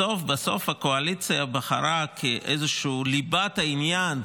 בסוף בסוף הקואליציה בחרה כאיזושהי ליבת העניין,